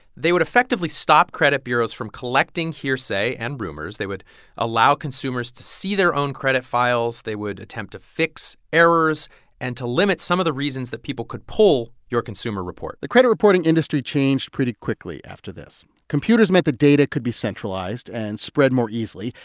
they would effectively stop credit bureaus from collecting hearsay and rumors. they would allow consumers to see their own credit files. they would attempt to fix errors and to limit some of the reasons that people could pull your consumer report the credit reporting industry changed pretty quickly after this. computers meant that data could be centralized and spread more easily,